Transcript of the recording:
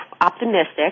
optimistic